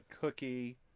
cookie